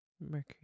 mercury